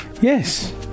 Yes